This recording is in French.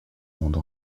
monde